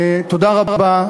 תודה רבה,